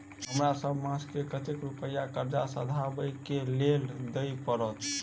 हमरा सब मास मे कतेक रुपया कर्जा सधाबई केँ लेल दइ पड़त?